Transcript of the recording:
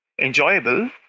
enjoyable